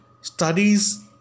studies